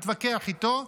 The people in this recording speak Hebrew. התווכח איתו,